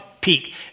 peak